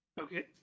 Okay